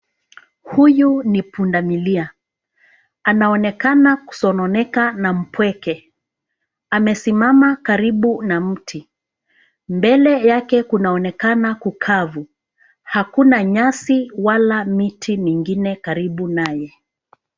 Huyu ni punda milia. Anaonekana kusononeka na mpweke. Amesimama karibu na mti. Mbele yake kunaonekana kukavu. Hakuna nyasi wala miti mingine karibu naye